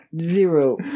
Zero